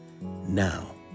Now